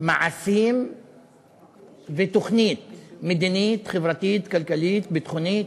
ומעשים ותוכנית מדינית, חברתית, כלכלית, ביטחונית,